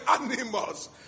animals